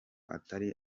atari